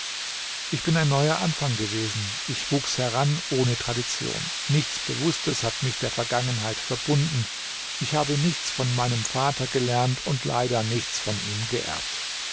ich bin ein neuer anfang gewesen ich wuchs heran ohne tradition nichts bewußtes hat mich der vergangenheit verbunden ich habe nichts von meinem vater gelernt und leider nichts von ihm geerbt